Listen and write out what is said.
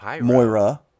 Moira